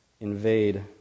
invade